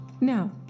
Now